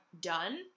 done